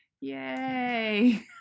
Yay